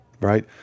Right